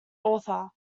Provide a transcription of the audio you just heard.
author